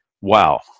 Wow